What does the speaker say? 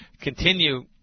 Continue